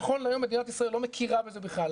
נכון להיום מדינת ישראל לא מכירה בזה בכלל.